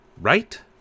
Right